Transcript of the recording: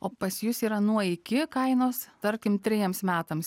o pas jus yra nuo iki kainos tarkim trejiems metams